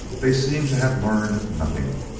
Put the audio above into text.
they seemed to have learned nothing.